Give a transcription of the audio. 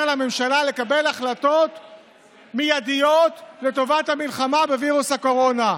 לממשלה לקבל החלטות מיידיות לטובת המלחמה בווירוס הקורונה.